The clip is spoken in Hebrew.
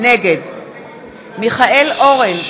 נגד מיכאל אורן,